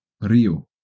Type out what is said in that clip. Rio